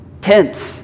tense